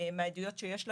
שיש לנו,